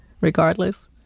regardless